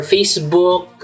Facebook